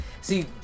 see